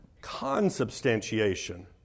consubstantiation